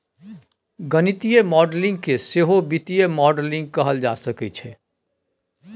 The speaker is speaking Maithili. गणितीय मॉडलिंग केँ सहो वित्तीय मॉडलिंग कहल जा सकैत छै